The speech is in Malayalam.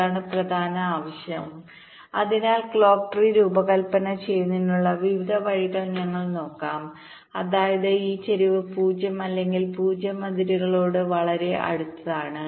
ഇതാണ് പ്രധാന ആവശ്യം അതിനാൽ ക്ലോക്ക് ട്രീ രൂപകൽപ്പന ചെയ്യുന്നതിനുള്ള വിവിധ വഴികൾ ഞങ്ങൾ നോക്കും അതായത് ഈ ചരിവ് 0 അല്ലെങ്കിൽ 0 അതിരുകളോട് വളരെ അടുത്താണ്